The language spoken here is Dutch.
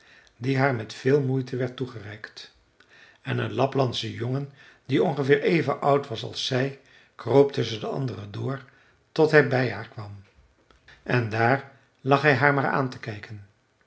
die haar met veel moeite werd toegereikt en een laplandsche jongen die ongeveer even oud was als zij kroop tusschen de anderen door tot hij bij haar kwam en daar lag hij haar maar aan te kijken